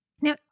Now